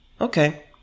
okay